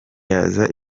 yaza